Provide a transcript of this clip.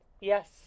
yes